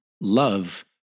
love